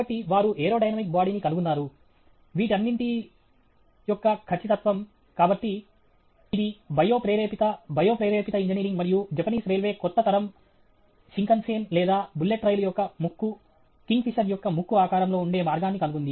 కాబట్టి వారు ఏరోడైనమిక్ బాడీని కనుగొన్నారు వీటన్నిటి యొక్క ఖచ్చితత్వం కాబట్టి ఇది బయో ప్రేరేపిత బయో ప్రేరేపిత ఇంజనీరింగ్ మరియు జపనీస్ రైల్వే కొత్త తరం షింకన్సేన్ లేదా బుల్లెట్ రైలు యొక్క ముక్కు కింగ్ ఫిషర్ యొక్క ముక్కు ఆకారంలో ఉండే మార్గాన్ని కనుగొంది